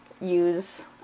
use